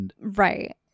Right